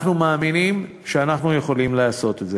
אנחנו מאמינים שאנחנו יכולים לעשות את זה.